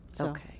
Okay